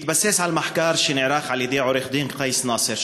בהתבסס על מחקר שנערך על-ידי עורך-דין קייס נאסר,